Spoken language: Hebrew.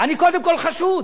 אני קודם כול חשוד.